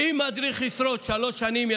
אם מדריך ישרוד ויתמיד שלוש שנים,